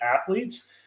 athletes